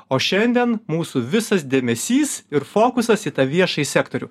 o šiandien mūsų visas dėmesys ir fokusas į tą viešąjį sektorių